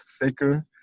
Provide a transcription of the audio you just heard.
thicker